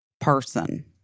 person